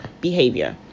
behavior